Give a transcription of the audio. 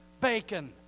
bacon